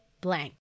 blank